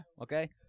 Okay